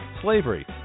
Slavery